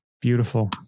beautiful